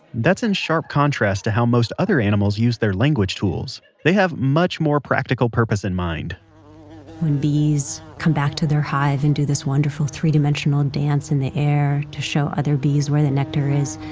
that's in sharp contrast to how most other animals use their language tools they have a much more practical purpose in mind when bees come back to their hive and do this wonderful three dimensional dance in the air to show other bees where the nectar is,